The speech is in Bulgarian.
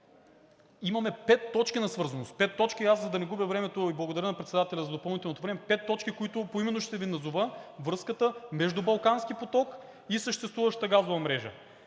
имаме пет точки на свързаност. Пет точки, и аз, за да не губя времето, благодаря на председателя за допълнителното време, пет точки, които поименно ще Ви назова – връзката между Балкански поток и съществуващата газова мрежа.